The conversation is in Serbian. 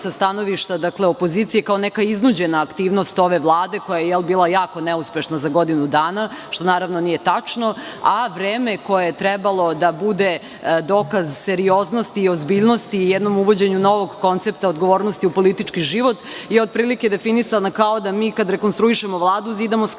sa stanovišta opozicije kao neka iznuđena aktivnost ove vlade, koja je bila jako neuspešna za godinu dana, što naravno nije tačno, a vreme koje je trebalo da bude dokaz serioznosti i ozbiljnosti i jednom uvođenju novog koncepta odgovornosti u politički život je otprilike definisana kao da mi kada rekonstruišemo Vladu zidamo Skadar. To